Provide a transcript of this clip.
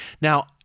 now